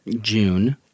June